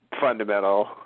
fundamental